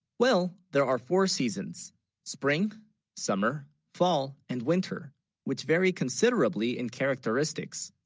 well there are four seasons spring summer fall, and winter which vary considerably in characteristics